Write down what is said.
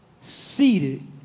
seated